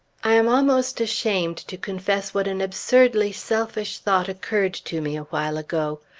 i am almost ashamed to confess what an absurdly selfish thought occurred to me a while ago.